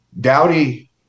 dowdy